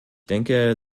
denke